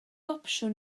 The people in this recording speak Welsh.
opsiwn